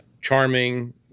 charming